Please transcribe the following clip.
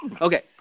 Okay